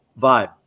vibe